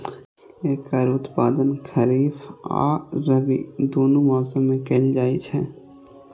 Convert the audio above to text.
एकर उत्पादन खरीफ आ रबी, दुनू मौसम मे कैल जाइ छै